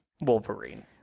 Wolverine